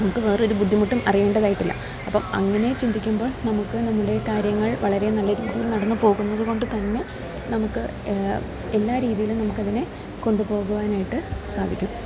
നമുക്ക് വേറൊരു ബുദ്ധിമുട്ടും അറിയേണ്ടതായിട്ടില്ല അപ്പം അങ്ങനെ ചിന്തിക്കുമ്പോള് നമുക്ക് നമ്മുടെ കാര്യങ്ങൾ വളരെ നല്ല രീതിയിൽ നടന്നു പോകുന്നത് കൊണ്ട് തന്നെ നമുക്ക് എല്ലാ രീതിയിലും നമുക്കതിനെ കൊണ്ടുപോകുവാനായിട്ട് സാധിക്കും